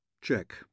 Check